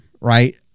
right